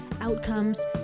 outcomes